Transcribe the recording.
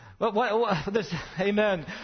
Amen